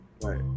Right